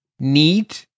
need